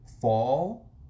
fall